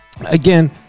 again